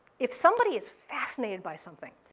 if somebody is fascinated by something,